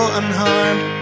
unharmed